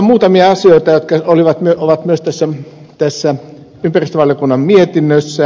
muutamia asioita jotka ovat myös tässä ympäristövaliokunnan mietinnössä